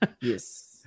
Yes